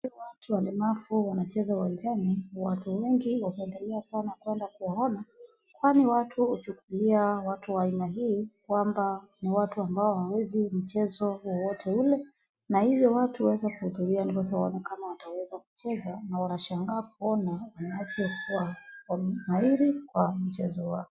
Watu walemavu wanacheza uwanjani. Watu wengi wanapendelea sana kwenda kuwaona, kwani watu huchukulia watu wa aina hii kwamba ni watu ambao hawawezi michezo wowote ule. Na hivyo watu huweza kuhudhuria ndipo waone kama wataweza kucheza, na wanashangaa kuona wanavyo kuwa wamahiri kwa mchezo wao.